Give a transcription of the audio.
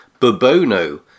Bobono